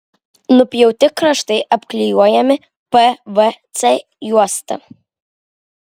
nupjauti kraštai apklijuojami pvc juosta